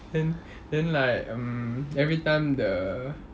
then then like um every time the